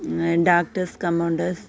doctors compounders